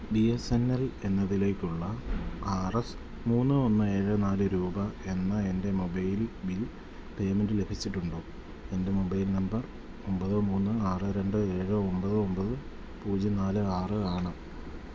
B S N L എന്നതിലേക്കുള്ള R S മൂന്ന് ഒന്ന് ഏഴ് നാല് രൂപയെന്ന എൻ്റെ മൊബൈൽ ബിൽ പേയ്മെൻ്റ് ലഭിച്ചിട്ടുണ്ടോ എൻ്റെ മൊബൈൽ നമ്പർ ഒമ്പത് മൂന്ന് ആറ് രണ്ട് ഏഴ് ഒമ്പത് ഒമ്പത് പൂജ്യം നാല് ആറ് ആണ്